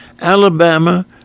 Alabama